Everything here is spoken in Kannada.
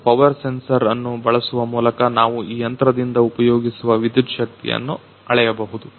ಮತ್ತು ಪವರ್ ಸೆನ್ಸರ್ ಅನ್ನು ಬಳಸುವ ಮೂಲಕ ನಾವು ಈ ಯಂತ್ರದಿಂದ ಉಪಯೋಗಿಸುವ ವಿದ್ಯುತ್ ಶಕ್ತಿಯನ್ನು ಅಳೆಯಬಹುದು